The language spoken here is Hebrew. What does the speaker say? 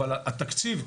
אבל התקציב,